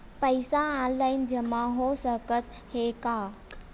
पईसा ऑनलाइन जमा हो साकत हे का?